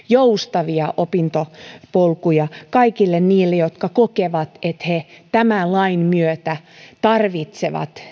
joustavia opintopolkuja kaikille niille jotka kokevat että he tämän lain myötä tarvitsevat